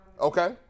Okay